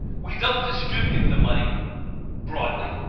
we don't distribute the money broadly.